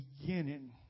beginning